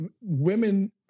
women